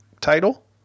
title